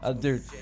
Dude